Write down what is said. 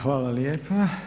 Hvala lijepa.